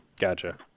Gotcha